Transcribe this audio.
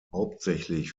hauptsächlich